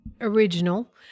original